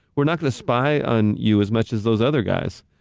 we're not gonna spy on you as much as those other guys.